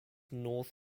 north